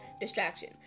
Distraction